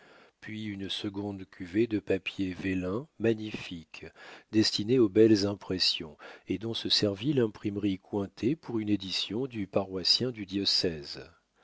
puis une seconde cuvée de papier vélin magnifique destiné aux belles impressions et dont se servit l'imprimerie cointet pour une édition du paroissien du diocèse